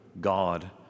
God